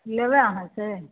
लेबै अहाँ से